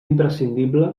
imprescindible